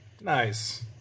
Nice